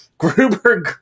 Gruber